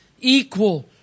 equal